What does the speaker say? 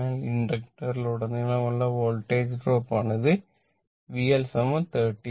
അതിനാൽ ഇൻഡക്ടറിലുടനീളമുള്ള voltage drop ആണ് ഇത് V L 39